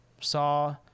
saw